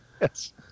Yes